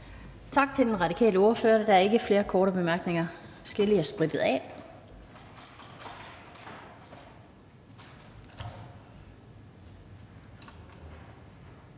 Tak til den radikale ordfører. Der er ikke flere korte bemærkninger. Og så skal vi lige have sprittet af.